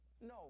No